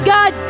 God